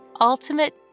ultimate